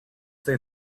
they